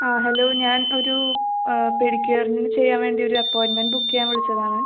ആ ഹലോ ഞാൻ ഒരു പെഡിക്യൂറിന് ചെയ്യാൻ വേണ്ടി ഒരു അപ്പോയിൻമെൻറ്റ് ബുക്ക് ചെയ്യാൻ വിളിച്ചതാണ്